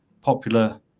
popular